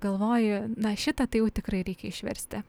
galvoji na šitą tai jau tikrai reikia išversti